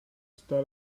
sta